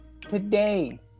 today